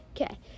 okay